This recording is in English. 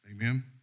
Amen